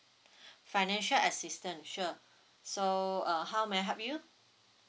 financial assistance sure so uh how may I help you